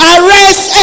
Arrest